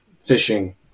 fishing